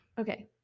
Okay